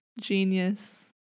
Genius